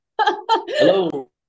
Hello